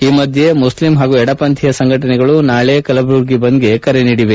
ಈ ಮಧ್ಯೆ ಮುಸ್ಲಿಂ ಹಾಗೂ ಎಡ ಪಂಥೀಯ ಸಂಘಟನೆಗಳು ನಾಳೆ ಕಲಬುರಗಿ ಬಂದ್ಗೆ ಕರೆ ನೀಡಿವೆ